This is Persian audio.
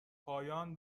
پایان